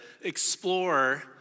explore